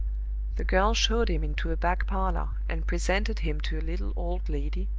the girl showed him into a back parlor, and presented him to a little old lady,